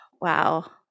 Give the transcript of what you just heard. Wow